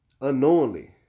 unknowingly